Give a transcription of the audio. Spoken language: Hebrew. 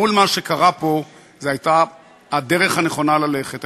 מול מה שקרה פה, זו הייתה הדרך הנכונה ללכת בה.